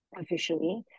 officially